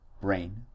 brain